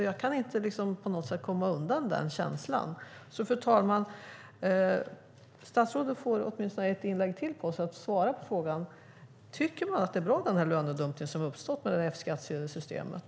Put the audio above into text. Jag kan på något sätt inte komma undan den känslan. Fru talman! Statsrådet har ett inlägg till på sig att svara på frågan: Tycker man att det är bra med den lönedumpning som uppstått med F-skattsedelsystemet?